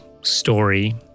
story